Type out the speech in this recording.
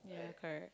yeah correct